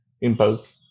impulse